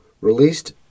released